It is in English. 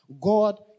God